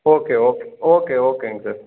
okay okay okay ஓகேங்க sir